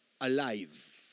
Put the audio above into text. alive